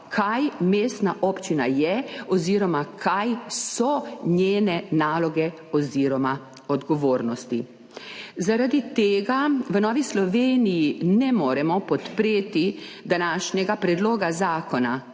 kaj mestna občina je oziroma kaj so njene naloge oziroma odgovornosti. Zaradi tega v Novi Sloveniji ne moremo podpreti današnjega predloga zakona.